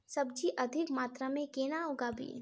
सब्जी अधिक मात्रा मे केना उगाबी?